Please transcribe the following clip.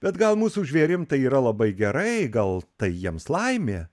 bet gal mūsų žvėrim tai yra labai gerai gal tai jiems laimė